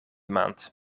maand